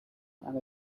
and